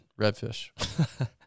redfish